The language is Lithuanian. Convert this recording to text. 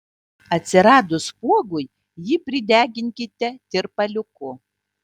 atsiradus spuogui jį prideginkite tirpaliuku